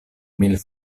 mil